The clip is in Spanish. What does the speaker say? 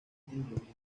tecnología